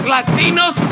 Latinos